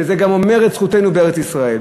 שזה גם אומר את זכותנו בארץ-ישראל,